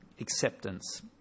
acceptance